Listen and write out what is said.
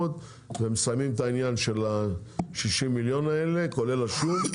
ומסיימים את עניין ה-60 מיליון כולל השום.